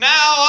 Now